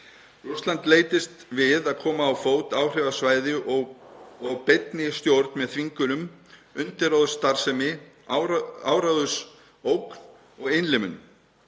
Rússland leitist við að koma á fót áhrifasvæði og beinni stjórn með þvingunum, undirróðursstarfsemi, árásarógn og innlimunum.